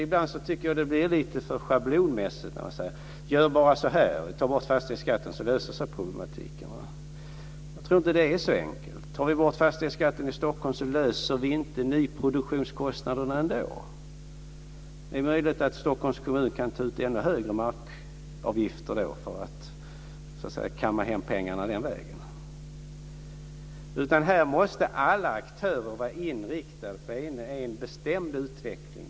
Ibland tycker jag att det blir lite för schablonmässigt när man säger att man ska göra på ett visst sätt: Ta bort fastighetsskatten, så löser sig problematiken. Jag tror inte att det är så enkelt. Tar vi bort fastighetsskatten i Stockholm löser vi ändå inte problemet med nyproduktionskostnaderna. Det är möjligt att Stockholms kommun kan ta ut ännu högre markavgifter då, för att kamma hem pengarna den vägen. Här måste alla aktörer vara inriktade på en bestämd utveckling.